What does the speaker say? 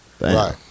Right